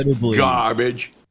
Garbage